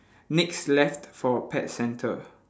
next left for pet centre